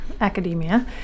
academia